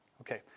Okay